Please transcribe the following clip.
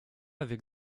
avec